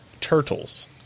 turtles